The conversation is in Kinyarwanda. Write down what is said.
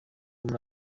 muri